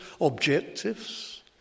objectives